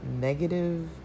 negative